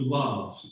love